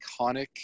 iconic